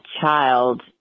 child